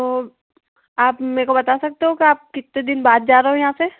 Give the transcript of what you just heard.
ओ आप मेरे को बता सकते हो कि आप कितने दिन बाद जा रहे हो यहाँ से